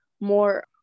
more